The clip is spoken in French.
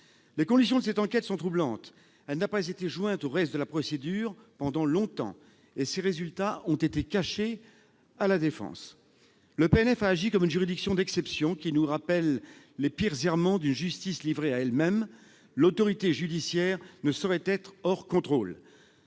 Les conditions de cette enquête sont troublantes. Elle n'a pas été jointe au reste de la procédure pendant longtemps et ses résultats ont été cachés à la défense. Le PNF a agi comme une juridiction d'exception, qui nous rappelle les pires errements d'une justice livrée à elle-même. L'autorité judiciaire ne saurait être hors contrôle